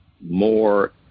more